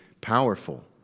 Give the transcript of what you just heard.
powerful